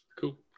cool